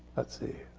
let's see.